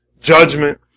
judgment